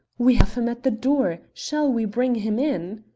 we have him at the door shall we bring him in?